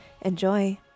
Enjoy